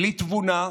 בלי תבונה,